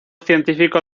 científico